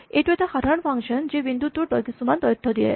এইটো এটা সাধাৰণ ফাংচন যি বিন্দুটোৰ কিছুমান তথ্য দিয়ে